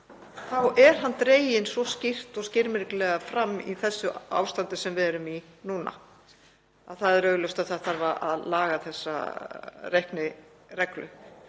þá er hann dreginn svo skýrt og skilmerkilega fram í þessu ástandi sem við erum í núna. Það er augljóst að það þarf að laga þessa reiknireglu.